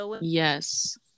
Yes